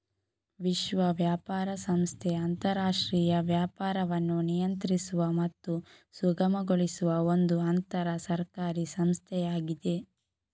ವಿಶ್ವ ವ್ಯಾಪಾರ ಸಂಸ್ಥೆ ಅಂತರಾಷ್ಟ್ರೀಯ ವ್ಯಾಪಾರವನ್ನು ನಿಯಂತ್ರಿಸುವ ಮತ್ತು ಸುಗಮಗೊಳಿಸುವ ಒಂದು ಅಂತರ ಸರ್ಕಾರಿ ಸಂಸ್ಥೆಯಾಗಿದೆ